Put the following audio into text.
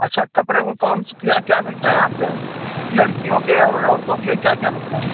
अच्छा कपड़े में कौन से क्या क्या मिलते हैं यहाँ पर लड़कियों के और औरतों के लिए क्या क्या मिलते हैं